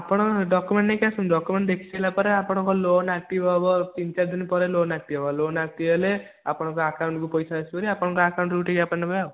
ଆପଣ ଡକ୍ୟୁମେଣ୍ଟ୍ ନେଇକି ଆସନ୍ତୁ ଡକ୍ୟୁମେଣ୍ଟ୍ ଦେଖିସାରିଲା ପରେ ଆପଣଙ୍କ ଲୋନ୍ ଆକ୍ଟିଭ୍ ହେବ ତିନ ଚାର ଦିନ ପରେ ଲୋନ୍ ଆକ୍ଟିଭ୍ ହେବ ଲୋନ୍ ଆକ୍ଟିଭ୍ ହେଲେ ଆପଣଙ୍କ ଆକାଉଣ୍ଟ୍କୁ ପଇସା ଆସିବ ଯେ ଆପଣଙ୍କ ଆକାଉଣ୍ଟ୍ରୁ ଉଠାଇକି ନେବେ ଆଉ